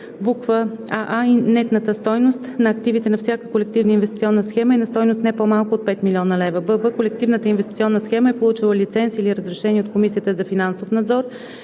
че: аа) нетната стойност на активите на всяка колективна инвестиционна схема е на стойност, не по-малка от 5 000 000 лв.; бб) колективната инвестиционна схема е получила лиценз или разрешение от Комисията за финансов надзор;